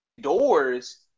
doors